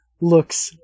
looks